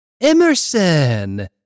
Emerson